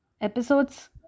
episodes